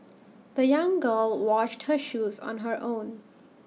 the young girl washed her shoes on her own